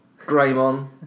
Greymon